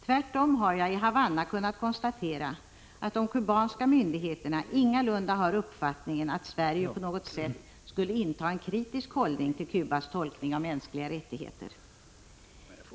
Tvärtom har jag i Havanna kunnat konstatera att de kubanska myndigheterna ingalunda har uppfattningen att Sverige på något sätt skulle inta en kritisk hållning till Cubas tolkning av mänskliga rättigheter.